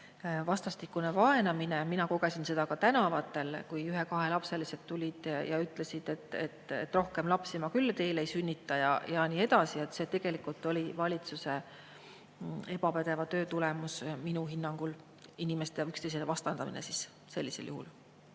vastastikune vaenamine. Mina kogesin seda ka tänavatel, kui ühe ja kahe lapsega [emad] tulid ja ütlesid, et rohkem lapsi ma küll teile ei sünnita, ja nii edasi. See oli tegelikult valitsuse ebapädeva töö tulemus, minu hinnangul, inimeste üksteisele vastandamine sellisel juhul.